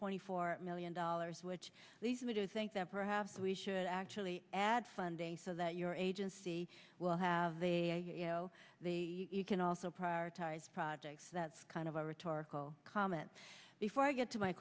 twenty four million dollars which leads me to think that perhaps we should actually add funding so that your agency will have they know they can also prioritize projects that's kind of a rhetorical comment before i get to my